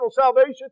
salvation